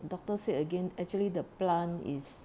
doctor said again actually the plant is